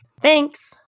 Thanks